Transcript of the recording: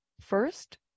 First